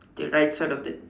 okay right side of it